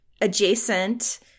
adjacent